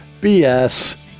BS